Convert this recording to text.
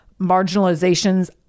marginalizations